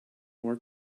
more